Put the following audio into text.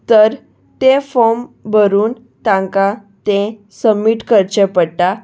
तर तें फॉम भरून तांकां तें सबमीट करचें पडटा